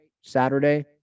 Saturday